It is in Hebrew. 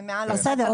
הם מעל 10,000. בסדר,